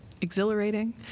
exhilarating